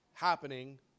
happening